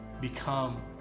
become